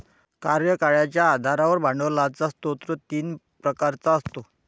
कार्यकाळाच्या आधारावर भांडवलाचा स्रोत तीन प्रकारचा असतो